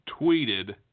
tweeted